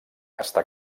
està